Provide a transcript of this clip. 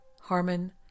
Harmon